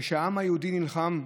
כשהעם היהודי נלחם,